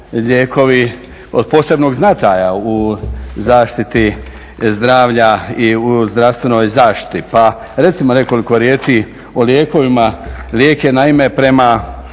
od posebnog značaja u zaštiti zdravlja i u zdravstvenoj zaštiti. Pa recimo nekoliko riječi o lijekovima. Lijek je naime prema